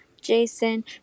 Jason